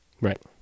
Right